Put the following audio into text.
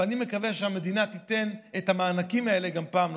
ואני מקווה שהמדינה תיתן את המענקים האלה פעם נוספת.